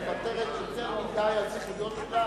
הכנסת מוותרת יותר מדי על זכויות שלה,